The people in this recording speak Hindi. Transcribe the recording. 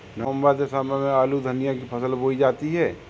नवम्बर दिसम्बर में आलू धनिया की फसल बोई जाती है?